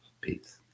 Peace